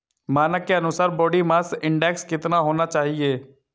मानक के अनुसार बॉडी मास इंडेक्स कितना होना चाहिए?